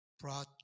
brought